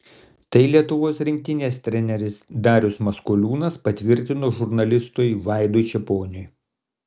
tai lietuvos rinktinės treneris darius maskoliūnas patvirtino žurnalistui vaidui čeponiui